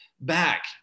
back